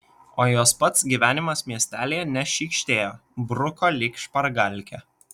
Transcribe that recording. o jos pats gyvenimas miestelyje nešykštėjo bruko lyg špargalkę